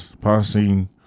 Passing